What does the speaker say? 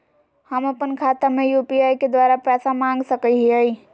हम अपन खाता में यू.पी.आई के द्वारा पैसा मांग सकई हई?